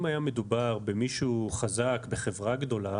אם היה מדובר במישהו חזק בחברה גדולה,